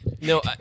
No